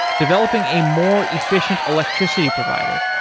developing a more efficient electricity provider,